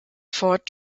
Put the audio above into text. fort